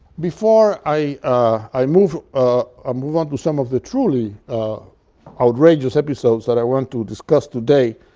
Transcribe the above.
before i move ah move on to some of the truly outrageous episodes that i want to discuss today,